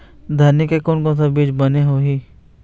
धनिया के कोन से बीज बने होही?